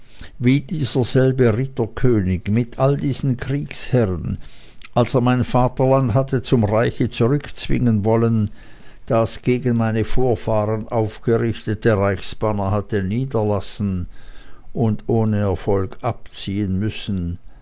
wie dieser selbe ritterkönig mit allen diesen kriegsherren als er mein vaterland hatte zum reiche zurückzwingen wollen das gegen meine vorfahren aufgerichtete reichsbanner hatte niederlassen und ohne erfolg abziehen müssen